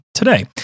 Today